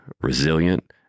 resilient